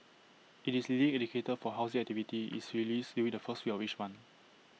IT is leading indicator for housing activity is released during the first week of each month